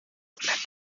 bleibt